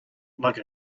like